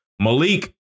Malik